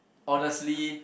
honestly